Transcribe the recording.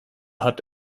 hat